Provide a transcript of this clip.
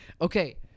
Okay